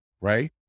right